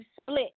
split